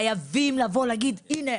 חייבים לבוא ולהגיד הנה,